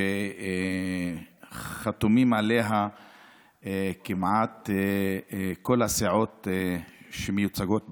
שחתומות עליה כמעט כל הסיעות שמיוצגות בכנסת.